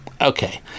okay